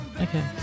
Okay